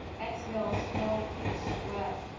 exhaled smoke and sweat,